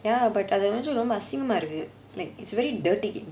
ya but அது வந்து ரொம்ப அசிங்கமா இருக்கு:athu vanthu romba asingamaa iruku like it's very dirty